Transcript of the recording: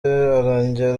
arongera